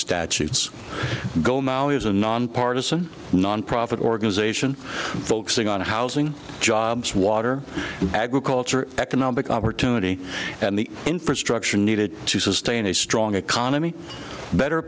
statutes is a nonpartisan nonprofit organization focusing on housing jobs water agriculture economic opportunity and the infrastructure needed to sustain a strong economy better